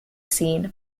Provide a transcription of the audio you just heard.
seen